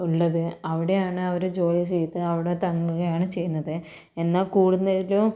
ഉള്ളത് അവിടെയാണ് അവർ ജോലി ചെയ്ത് അവിടെ തങ്ങുകയാണ് ചെയ്യുന്നത് എന്നാൽ കൂടുതലും